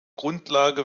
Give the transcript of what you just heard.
grundlage